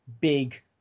big